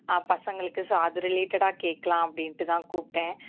பசங்களுக்கு ஸோ அது ரிலேட்டடாக கேட்கலாம் அப்படின்ட்டு தான் கூப்பிட்டேன்